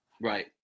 Right